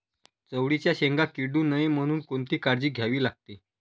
चवळीच्या शेंगा किडू नये म्हणून कोणती काळजी घ्यावी लागते?